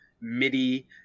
midi